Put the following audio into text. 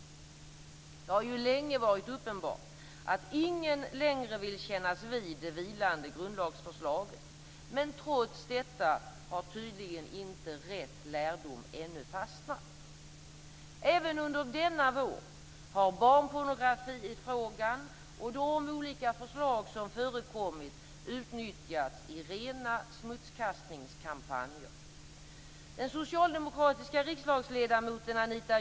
Det har ju länge varit uppenbart att ingen längre vill kännas vid det vilande grundlagsförslaget, men trots detta har tydligen inte rätt lärdom ännu fastnat. Även under denna vår har barnpornografifrågan och de olika förslag som förekommit utnyttjats i rena smutskastningskampanjer.